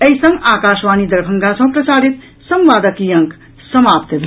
एहि संग आकाशवाणी दरभंगा सँ प्रसारित संवादक ई अंक समाप्त भेल